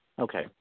Okay